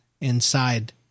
inside